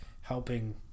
helping